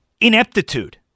ineptitude